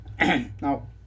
now